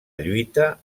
lluita